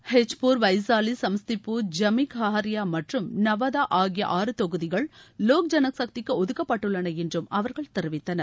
ஹஜிபூர் வைசாலி சமஸ்திபூர் ஜமி கஹாரியா மற்றும் நவதா ஆகிய ஆறு தொகுதிகள் லோக் ஜனசக்திக்கு ஒதுக்கப்பட்டுள்ளன என்றும் அவர்கள் தெரிவித்தனர்